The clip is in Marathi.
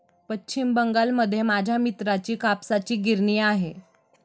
पश्चिम बंगालमध्ये माझ्या मित्राची कापसाची गिरणी आहे